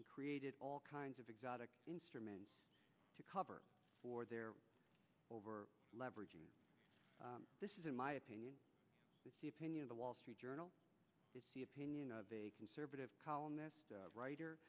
d created all kinds of exotic instruments to cover for their over leveraging this is in my opinion the opinion of the wall street journal the opinion of a conservative columnist writer